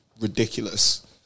ridiculous